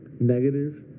Negative